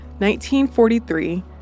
1943